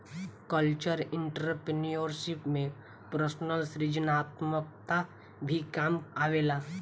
cultural entrepreneurship में personal सृजनात्मकता भी काम आवेला